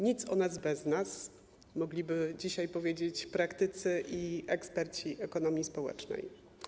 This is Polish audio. Nic o nas bez nas - mogliby dzisiaj powiedzieć praktycy i eksperci ekonomii społecznej.